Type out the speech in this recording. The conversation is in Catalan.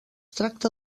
tracta